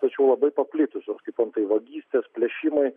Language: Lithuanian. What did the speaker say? tačiau labai paplitusios kaip antai vagystės plėšimai